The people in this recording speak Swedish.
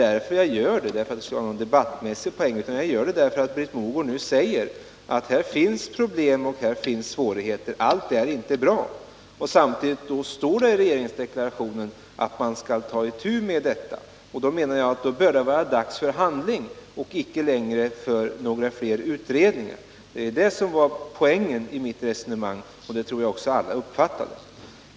Det gör jag inte heller för att vinna någon debattmässig poäng, utan jag gör det därför att Britt Mogård nu säger att här finns problem och här finns svårigheter, allt är inte bra. Samtidigt står det i regeringsdeklarationen att man skall ta itu med detta. Då menar jag att det bör vara dags för handling och inte längre tid för några fler utredningar. Det är det som är poängen i mitt resonemang, och den tror jag också att alla uppfattade.